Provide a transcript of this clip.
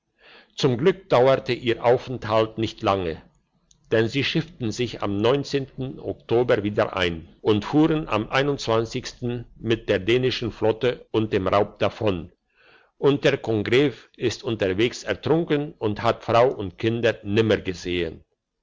zum glück dauerte ihr aufenthalt nicht lange denn sie schifften sich am oktober wieder ein und fuhren am mit der dänischen flotte und dem raub davon und der congreve ist unterwegs ertrunken und hat frau und kinder nimmer gesehen